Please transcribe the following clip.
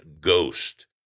ghost